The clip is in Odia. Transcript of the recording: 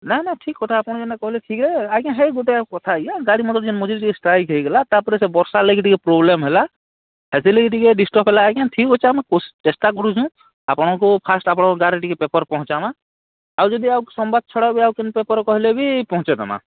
ନାଇ ନାଇ ଠିକ୍ କଥା ଆପଣ ଯେନ୍ଟା କହେଲେ ଠିକ୍ ଆଏ ଆଜ୍ଞା ହେଇ ଗୁଟେ କଥା ଆଜ୍ଞା ଗାଡ଼ିମଟର୍ ଯେନ୍ ମଝିରେ ଟିକେ ଷ୍ଟ୍ରାଇକ୍ ହେଇଗଲା ତା'ର୍ପରେ ସେ ବର୍ଷା ଲାଗି ଟିକେ ପ୍ରୋବ୍ଲେମ୍ ହେଲା ହେଥିର୍ ଲାଗି ଟିକେ ଡିଷ୍ଟର୍ବ ହେଲା ଆଜ୍ଞା ଠିକ୍ ଅଛେ ଆମେ ଚେଷ୍ଟା କରୁଛୁଁ ଆପଣଙ୍କୁ ଫାର୍ଷ୍ଟ ଆପଣଙ୍କର୍ ଗାଁ'ରେ ଟିକେ ପେପର୍ ପହଞ୍ଚାମା ଆଉ ଯଦି ଆଉ ସମ୍ବାଦ ଛଡ଼ା ବି ଆଉ କେନ୍ସି ପେପର୍ କହେଲେ ବି ପହଞ୍ଚେଇ ଦେମା